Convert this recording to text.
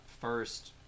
first